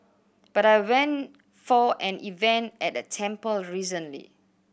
but I went for an event at a temple recently